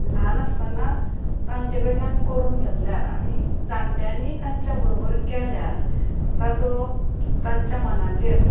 ल्हान आसतना तांचे कडल्यान करून घेतल्यार आनी जाणट्यांनी तांचे बरोबर केल्यार ताचो तांच्या मनाचेर